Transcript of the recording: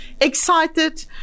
Excited